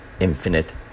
infinite